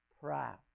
proud